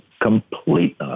Complete